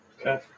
Okay